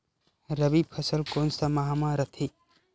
रबी फसल कोन सा माह म रथे?